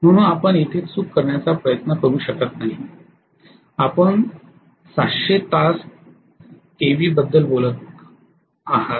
म्हणून आपण तेथे चूक करण्याचा प्रयत्न करू शकत नाही आपण 700 तास केव्ही बद्दल बोलत आहात